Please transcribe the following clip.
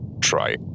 try